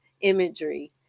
imagery